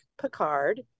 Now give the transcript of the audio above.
Picard